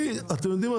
אתם יודעים מה?